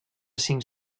cinc